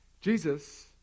Jesus